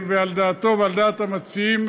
ועל דעתו ועל דעת המציעים,